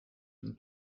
und